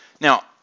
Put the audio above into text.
Now